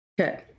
Okay